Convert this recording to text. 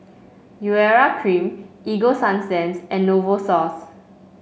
Urea Cream Ego Sunsense and Novosource